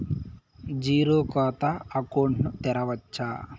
Zero ఖాతా తో account ను తెరవచ్చా?